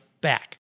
back